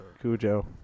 Cujo